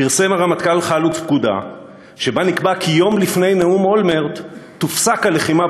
פרסם הרמטכ"ל חלוץ פקודה שבה נקבע כי יום לפני נאום אולמרט תופסק הלחימה